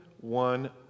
one